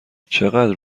چقدر